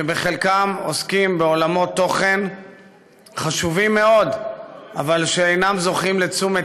שחלקם עוסקים בעולמות תוכן חשובים מאוד שאינם זוכים לתשומת